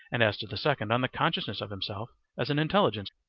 and as to the second on the consciousness of himself as an intelligence,